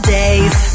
days